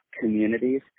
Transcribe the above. communities